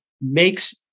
makes